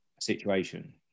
situation